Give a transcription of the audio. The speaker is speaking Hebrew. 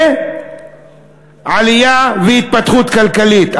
ועלייה והתפתחות כלכלית.